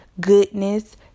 goodness